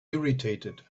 irritated